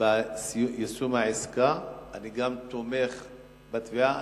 ביישום העסקה, אני גם תומך בתביעה.